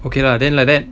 okay lah then like that